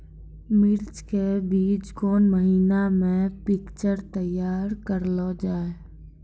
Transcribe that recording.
मिर्ची के बीज कौन महीना मे पिक्चर तैयार करऽ लो जा?